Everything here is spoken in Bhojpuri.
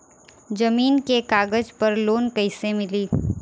जमीन के कागज पर लोन कइसे मिली?